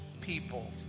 people